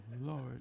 Lord